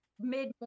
mid